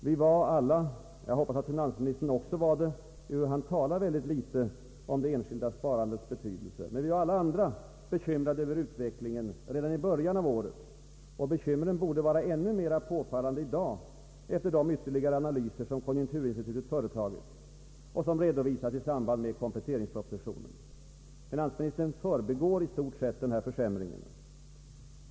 Vi var alla — jag hoppas att finansministern också var det, ehuru han talar mycket litet om det enskilda sparandets betydelse — bekymrade över utvecklingen redan i början av året, och bekymren borde vara ännu mer påfallande i dag efter de ytterligare analyser som konjunkturinstitutet företagit och som redovisats i samband med kompletteringspropositionen. Finansministern förbigår i stort sett denna försämring.